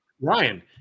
Ryan